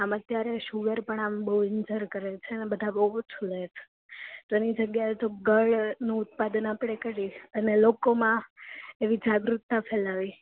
આમ અત્યારે સુગર પણ આમ બહુ ઈન્જર કરે છે ને બધા બહુ ઓછું લે છે તો એની જગ્યાએ તો ગળનું ઉત્પાદન આપણે કરીએ અને લોકોમાં એવી જાગૃતતા ફેલાવી